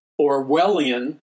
Orwellian